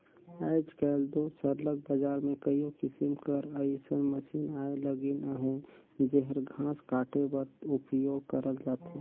आएज काएल दो सरलग बजार में कइयो किसिम कर अइसन मसीन आए लगिन अहें जेहर घांस काटे बर उपियोग करल जाथे